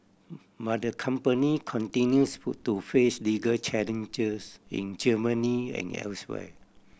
but the company continues to face legal challenges in Germany and elsewhere